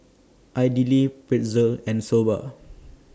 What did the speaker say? Idili Pretzel and Soba